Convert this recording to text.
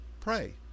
pray